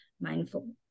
mindful